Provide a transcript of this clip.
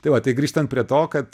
tai va tai grįžtant prie to kad